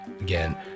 again